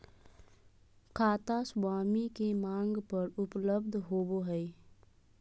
खाता स्वामी के मांग पर उपलब्ध होबो हइ